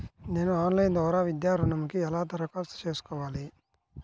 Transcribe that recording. నేను ఆన్లైన్ ద్వారా విద్యా ఋణంకి ఎలా దరఖాస్తు చేసుకోవాలి?